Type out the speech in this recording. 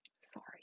sorry